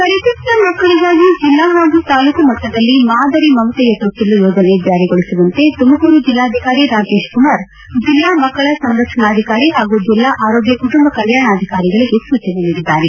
ಪರಿತ್ನಕ್ಷ ಮಕ್ಕಳಗಾಗಿ ಜಿಲ್ಲಾ ಹಾಗೂ ತಾಲೂಕು ಮಟ್ಟದಲ್ಲಿ ಮಾದರಿ ಮಮತೆಯ ತೊಟ್ಟಲು ಯೋಜನೆ ಜಾರಿಗೊಳಿಸುವಂತೆ ತುಮಕೂರು ಜಿಲ್ಲಾಧಿಕಾರಿ ರಾಕೇಶ್ಕುಮಾರ್ ಜಿಲ್ಲಾ ಮಕ್ಕಳ ಸಂರಕ್ಷಣಾಧಿಕಾರಿ ಹಾಗೂ ಜಿಲ್ಲಾ ಆರೋಗ್ಯ ಕುಟುಂಬ ಕಲ್ಯಾಣಾಧಿಕಾರಿಗಳಿಗೆ ಸೂಚನೆ ನೀಡಿದ್ದಾರೆ